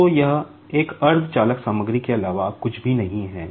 तो यह एक अर्ध चालक सामग्री के अलावा कुछ भी नहीं है